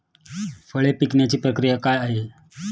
फळे पिकण्याची प्रक्रिया काय आहे?